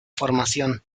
formación